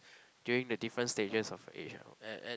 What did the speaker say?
during the different stages of the age lah and and